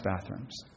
bathrooms